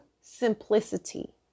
simplicity